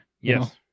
Yes